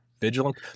Vigilant